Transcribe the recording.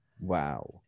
Wow